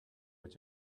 what